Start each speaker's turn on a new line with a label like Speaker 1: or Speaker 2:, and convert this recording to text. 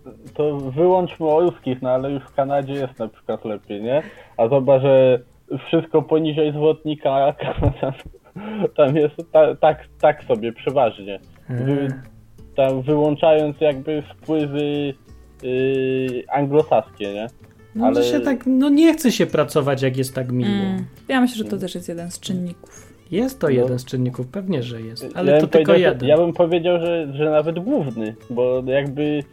Speaker 1: To wyłączmy o ruskich, no ale już w Kanadzie jest na przykład lepiej, nie? A zobacz, że wszystko poniżej zwrotnika, a tam jest ta- tak- tak sobie, przeważnie. Wy-
Speaker 2: Mhm.
Speaker 1: tam wyłączając jakby wpływy, yy, anglosaskie, nie?
Speaker 2: No, że
Speaker 1: Ale-
Speaker 2: się tak, no nie chce się pracować, jak jest tak miło.
Speaker 3: Mm, ja myślę, że to
Speaker 1: Mm.
Speaker 3: też jest jeden z
Speaker 2: Mm.
Speaker 3: czynników.
Speaker 2: Jest to
Speaker 1: No.
Speaker 2: jeden z czynników, pewnie, że jest,
Speaker 1: Ja
Speaker 2: ale
Speaker 1: bym
Speaker 2: to tylko
Speaker 1: powiedział, że-
Speaker 2: jeden.
Speaker 1: ja bym powiedział, że- że nawet główny, bo jakby-